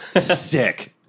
sick